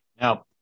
Now